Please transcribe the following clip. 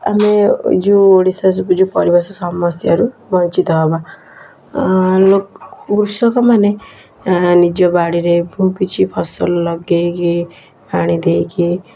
ଆମେ ଯେଉଁ ଓଡ଼ିଶା ଯେଉଁ ପରିବେଶ ସମସ୍ୟାରୁ ବଞ୍ଚିତ ହେବା ଆଉ କୃଷକମାନେ ନିଜ ବାଡ଼ିରେ ବହୁତ କିଛି ଫସଲ ଲଗେଇକି ପାଣି ଦେଇକି